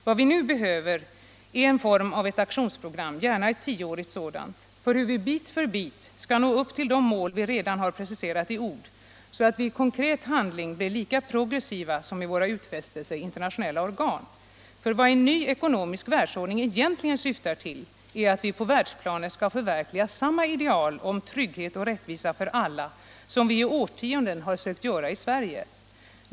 Vad vi behöver nu är en form av aktionsprogram — gärna ett 10-årigt sådant — för hur vi bit för bit skall nå upp till de mål vi redan har preciserat i ord, så att vi i konkret handling blir lika progressiva som i våra utfästelser i internationella organ. För vad en ny ekonomisk världsordning egentligen syftar till är att vi på världsplanet skall förverkliga samma ideal om trygghet och rättvisa för alla som vi i årtionden har sökt förverkliga i Sverige.